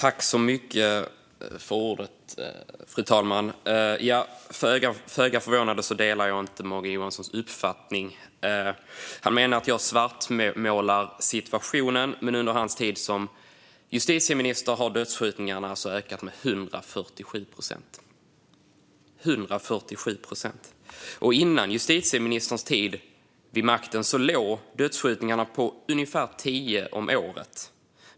Fru talman! Föga förvånande delar jag inte Morgan Johanssons uppfattning. Han menar att jag svartmålar situationen, men under hans tid som justitieminister har dödsskjutningarna alltså ökat med 147 procent. Före justitieministerns tid vid makten låg antalet dödsskjutningar på ungefär 10 om året.